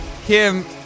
Kim